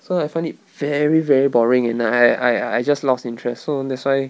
so I find it very very boring and I I I just lost interest so that's why